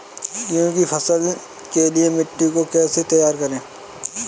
गेहूँ की फसल के लिए मिट्टी को कैसे तैयार करें?